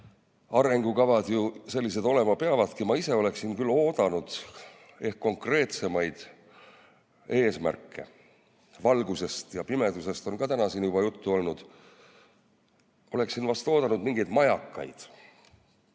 arengukavad ju sellised olema peavadki. Ma ise oleksin küll oodanud ehk konkreetsemaid eesmärke. Valgusest ja pimedusest on ka täna siin juba juttu olnud. Oleksin vast oodanud mingeid majakaid,